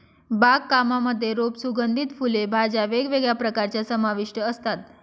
बाग कामांमध्ये रोप, सुगंधित फुले, भाज्या वेगवेगळ्या प्रकारच्या समाविष्ट असतात